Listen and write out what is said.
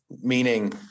Meaning